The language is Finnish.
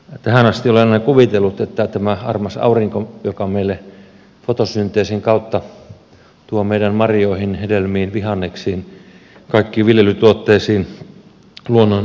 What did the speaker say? tähän asti olen aina kuvitellut että tämä armas aurinko joka meille fotosynteesin kautta tuo meidän marjoihin hedelmiin vihanneksiin kaikkiin viljelytuotteisiin luonnonsokeria on hyvä asia